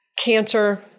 cancer